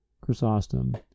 Chrysostom